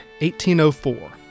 1804